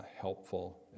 helpful